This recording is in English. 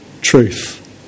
truth